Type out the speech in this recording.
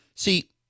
See